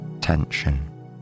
tension